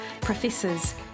professors